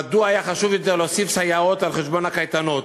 מדוע היה חשוב יותר להוסיף סייעות על חשבון הקייטנות?